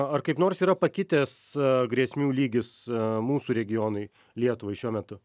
ar kaip nors yra pakitęs grėsmių lygis mūsų regionui lietuvai šiuo metu